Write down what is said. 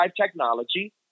technology